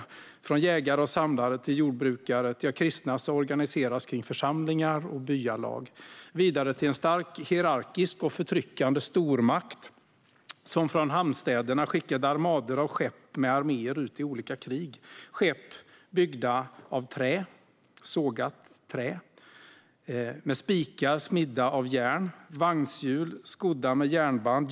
Från att ha varit jägare och samlare blev människorna jordbrukare, som så småningom kristnades och organiserades i församlingar och byalag och vidare i en starkt hierarkisk och förtryckande stormakt, som från hamnstäderna skickade armador av skepp med arméer ut i olika krig. Skeppen var byggda av sågat trä, med spikar smidda av järn. Vagnshjulen var skodda med järnband.